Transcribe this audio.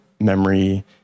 memory